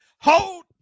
hold